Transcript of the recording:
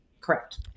Correct